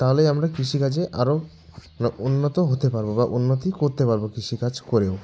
তাহলেই আমরা কৃষিকাজে আরও উন্নত হতে পারবো বা উন্নতি করতে পারবো কৃষিকাজ করেও